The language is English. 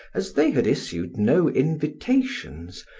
as they had issued no invitations,